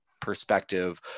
perspective